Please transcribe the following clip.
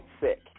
sick